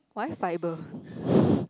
why fiber